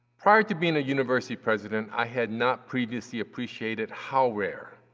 prior to being a university president, i had not previously appreciated how rare,